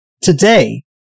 Today